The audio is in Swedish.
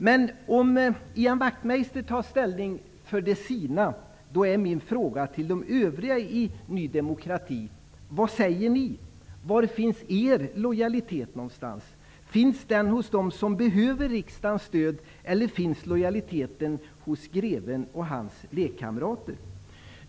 Men om Ian Wachtmeister tar ställning för ''det fina'', undrar jag var Ny demokratis övriga medlemmarnas lojalitet ligger. Vad säger ni? Var finns er lojaliet? Finns lojaliteten hos dem som behöver riksdagens stöd, eller finns den hos greven och hans lekkamrater?